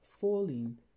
falling